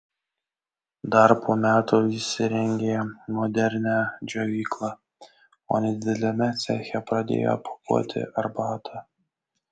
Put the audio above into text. dar po metų įsirengė modernią džiovyklą o nedideliame ceche pradėjo pakuoti arbatą